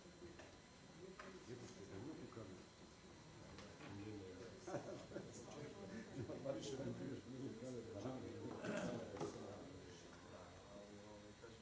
Hvala vam.